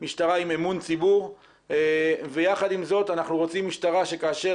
משטרה עם אמון ציבור ויחד עם זאת אנחנו רוצים משטרה שכאשר